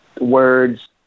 words